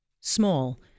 small